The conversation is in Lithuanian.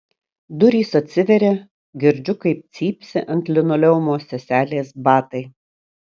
durys atsiveria girdžiu kaip cypsi ant linoleumo seselės batai